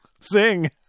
Sing